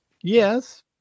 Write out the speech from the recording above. Yes